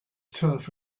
turf